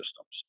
systems